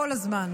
כל הזמן.